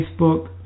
Facebook